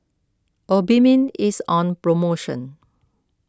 Obimin is on promotion